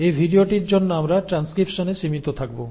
এই ভিডিওটির জন্য আমরা ট্রানস্ক্রিপশনে সীমিত থাকব